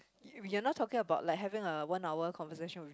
you're not talking about like having a one hour conversation with